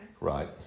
Right